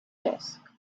disk